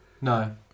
No